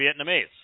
Vietnamese